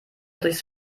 durchs